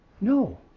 No